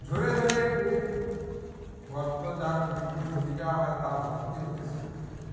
ঝরে ঝরে কূপ গর্ত যা খুঁড়ে খুঁড়ে নিয়ে যাওয়া হয় তা ভর্তি হতে শুরু করে দেয়